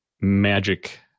magic